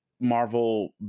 Marvel